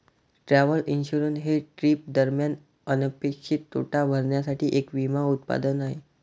travel insurance हे trip दरम्यान अनपेक्षित तोटा भरण्यासाठी एक विमा उत्पादन आहे